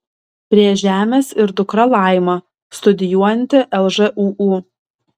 prie žemės ir dukra laima studijuojanti lžūu